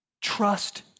Trust